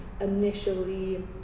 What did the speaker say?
initially